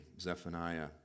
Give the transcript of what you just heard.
Zephaniah